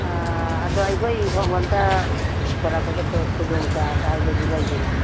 ꯑꯗꯣ ꯑꯩꯈꯣꯏꯒꯤ ꯁꯣꯝꯂꯣꯝꯗ ꯄꯣꯔꯛꯄꯗ ꯈꯨꯗꯣꯡꯆꯥꯕ ꯍꯥꯏꯕꯗꯤ ꯂꯩꯗꯅ